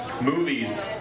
movies